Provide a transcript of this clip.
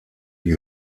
die